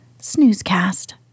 snoozecast